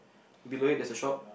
below it there is a shop